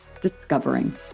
discovering